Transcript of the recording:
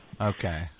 Okay